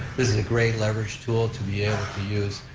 this is a great leverage tool to be able to use,